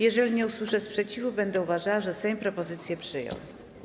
Jeżeli nie usłyszę sprzeciwu, będę uważała, że Sejm propozycję przyjął.